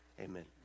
amen